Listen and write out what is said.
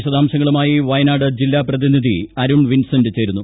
വിശദാംശങ്ങളുമായി വയനാട് ജില്ലാ പ്രതിനിധി അരുൺ വിൻസന്റ് ചേരുന്നു